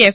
F